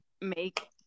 make